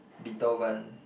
Beethoven